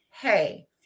hey